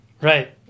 right